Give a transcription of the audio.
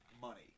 money